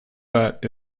but